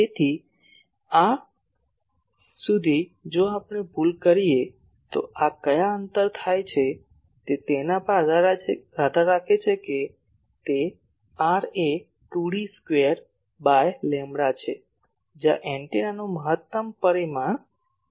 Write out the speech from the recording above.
તેથી આ સુધી જો આપણે ભૂલ કરીએ તો આ કયા અંતરે થાય છે તે તેના પર આધાર રાખે છે કે તે r એ 2 D સ્ક્વેર બાય લેમ્બડા છે જ્યાં એન્ટેનાનું મહત્તમ પરિમાણ D છે